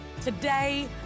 today